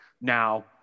Now